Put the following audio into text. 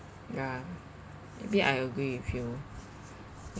ya maybe I agree with you